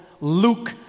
Luke